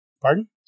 pardon